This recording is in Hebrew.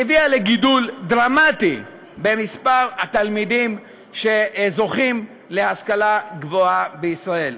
שהביאה לגידול דרמטי במספר התלמידים שזוכים להשכלה גבוהה בישראל.